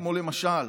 למשל,